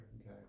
Okay